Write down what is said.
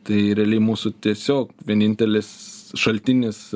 tai realiai mūsų tiesiog vienintelis šaltinis